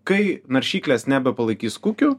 kai naršyklės nebepalaikys kukių